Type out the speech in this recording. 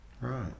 Right